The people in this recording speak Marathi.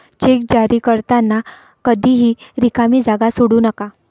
चेक जारी करताना कधीही रिकामी जागा सोडू नका